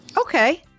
Okay